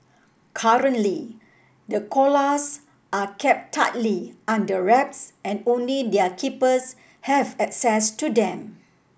currently the koalas are kept tightly under wraps and only their keepers have access to them